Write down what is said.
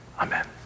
Amen